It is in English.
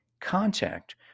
contact